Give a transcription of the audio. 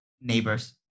neighbors